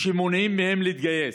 שמונעים מהם להתגייס.